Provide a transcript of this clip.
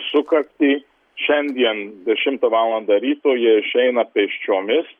sukaktį šiandien dešimtą valandą ryto jie išeina pėsčiomis